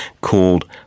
called